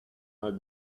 had